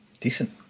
Decent